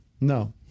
No